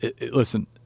Listen